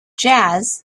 jazz